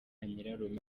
nyirarume